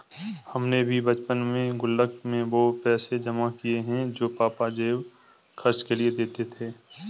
हमने भी बचपन में गुल्लक में वो पैसे जमा किये हैं जो पापा जेब खर्च के लिए देते थे